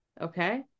okay